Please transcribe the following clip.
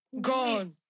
Gone